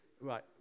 Right